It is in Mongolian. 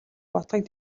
бодлогыг